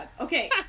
Okay